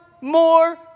more